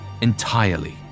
entirely